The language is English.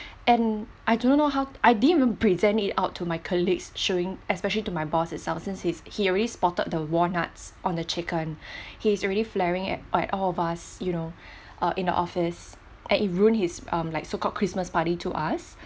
and I don't know how I didn't even present it out to my colleagues showing especially to my boss itself since he's he already spotted the walnuts on the chicken he's already flaring at at all of us you know uh in the office and it ruins his um like so called christmas party to us